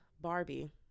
Barbie